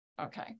Okay